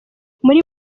muri